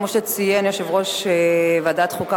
כמו שציין יושב-ראש ועדת חוקה,